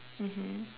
mmhmm